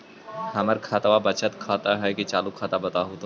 हमर खतबा बचत खाता हइ कि चालु खाता, बताहु तो?